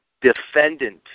defendant